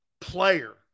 player